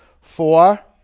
Four